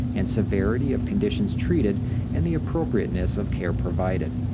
and severity of conditions treated and the appropriateness of care provided.